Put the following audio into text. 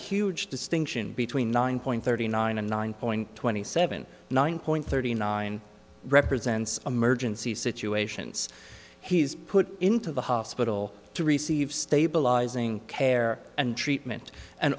huge distinction between nine point thirty nine and nine point twenty seven nine point thirty nine represents emergency situations he is put into the hospital to receive stabilizing care and treatment and